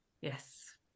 yes